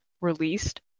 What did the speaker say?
released